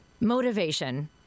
Motivation